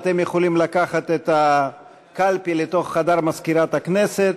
אתם יכולים לקחת את הקלפי לתוך חדר מזכירת הכנסת,